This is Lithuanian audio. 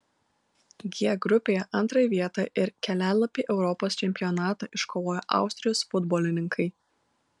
g grupėje antrąją vietą ir kelialapį europos čempionatą iškovojo austrijos futbolininkai